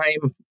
time